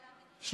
חבריי,